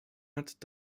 hat